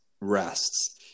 rests